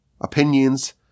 opinions